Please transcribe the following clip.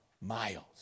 miles